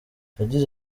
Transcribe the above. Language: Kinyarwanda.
yagize